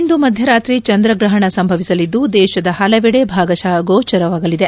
ಇಂದು ಮಧ್ಯರಾತ್ರಿ ಚಂದ್ರಗ್ರಹಣ ಸಂಭವಿಸಲಿದ್ದು ದೇಶದ ಹಲವೆಡೆ ಭಾಗಶಃ ಗೋಚರವಾಗಲಿದೆ